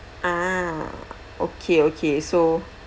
ah okay okay so